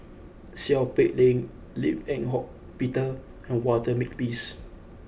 Seow Peck Leng Lim Eng Hock Peter and Walter Makepeace